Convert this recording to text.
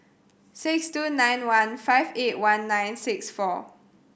six two nine one five eight one nine six four